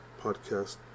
podcast